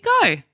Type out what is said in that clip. go